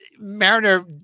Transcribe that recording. Mariner